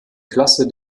klasse